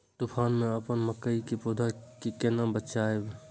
तुफान है अपन मकई के पौधा के केना बचायब?